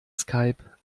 skype